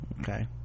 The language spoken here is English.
Okay